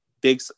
big